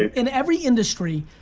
in every industry,